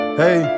hey